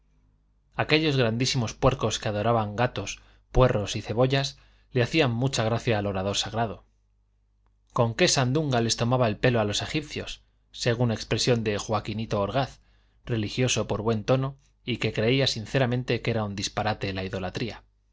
aquellos grandísimos puercos que adoraban gatos puerros y cebollas le hacían mucha gracia al orador sagrado con qué sandunga les tomaba el pelo a los egipcios según expresión de joaquinito orgaz religioso por buen tono y que creía sinceramente que era un disparate la idolatría